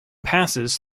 passes